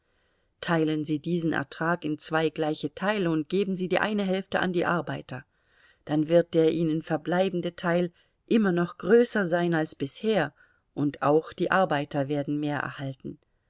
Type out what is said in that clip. teilen sie diesen ertrag in zwei gleiche teile und geben sie die eine hälfte an die arbeiter dann wird der ihnen verbleibende teil immer noch größer sein als bisher und auch die arbeiter werden mehr erhalten